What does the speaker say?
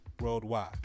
worldwide